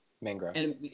Mangrove